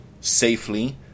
safely